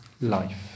life